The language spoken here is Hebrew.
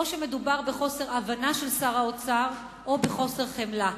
או שמדובר בחוסר הבנה של שר האוצר או בחוסר חמלה.